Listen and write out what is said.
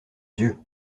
dieu